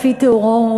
לפי תיאורו,